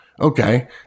okay